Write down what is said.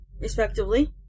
respectively